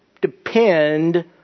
depend